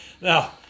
Now